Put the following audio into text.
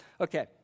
okay